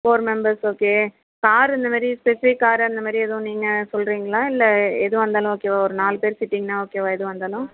four members okay car இந்தமாரி specific car அந்தமாரி எதுவும் நீங்கள் சொல்கிறீங்களா இல்லை எதுவாக இருந்தாலும் ஓகேவா ஒரு நாலு பேர் சிட்டிங்க்னால் ஓகேவா எதுவாக இருந்தாலும்